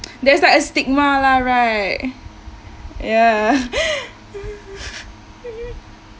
there's like a stigma lah right ya